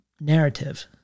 narrative